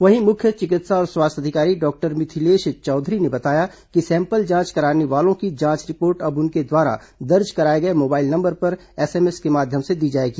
वहीं मुख्य चिकित्सा और स्वास्थ्य अधिकारी डॉक्टर मिथलेश चौधरी ने बताया कि सैंपल जांच कराने वालों की जांच रिपोर्ट अब उनके द्वारा दर्ज कराए गए मोबाइल नंबर पर एसएमएस के माध्यम से दी जाएगी